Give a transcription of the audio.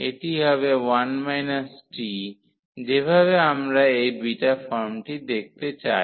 এটি হবে 1 - t যেভাবে আমরা এই বিটা ফর্মটি দেখতে চাই